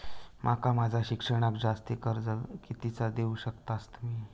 माका माझा शिक्षणाक जास्ती कर्ज कितीचा देऊ शकतास तुम्ही?